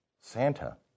Santa